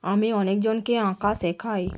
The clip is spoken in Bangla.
আমি অনেকজনকে আঁকা শেখাই